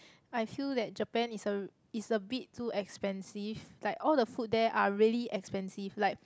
I feel that Japan is a is a bit too expensive like all the food there are really expensive like